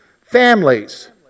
families